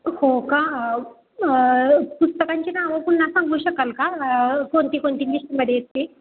हो का पुस्तकांची नावं पुन्हा सांगू शकाल का कोणती कोणती लिस्टमध्ये आहे ते